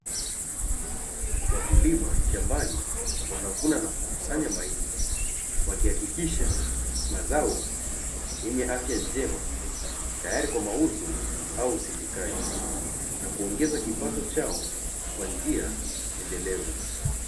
Wakulima shambani, wanavuna na kukusanya mahindi, wakihakikisha mazao yenye afya njema, tayari kwa mauzo au usindikaji na kuongeza kipato chao kwa njia endelevu.